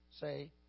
Say